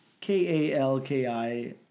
K-A-L-K-I